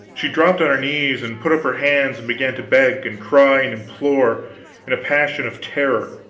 she dropped on her knees and put up her hands and began to beg, and cry, and implore in a passion of terror,